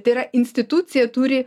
tai yra institucija turi